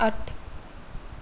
ਅੱਠ